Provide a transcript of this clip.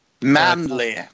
Manly